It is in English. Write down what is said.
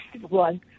one